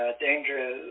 dangerous